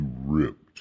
ripped